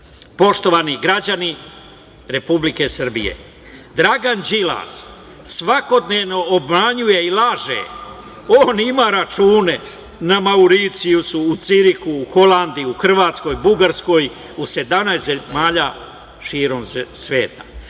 poštovani građani Republike Srbije, Dragan Đilas svakodnevno obmanjuje i laže, on ima račune na Mauricijusu, u Cirihu, u Holandiju, u Hrvatskoj, Bugarskoj, u 17 zemalja širom sveta.